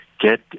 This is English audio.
get